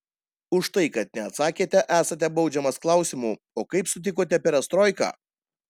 už tai kad neatsakėte esate baudžiamas klausimu o kaip sutikote perestroiką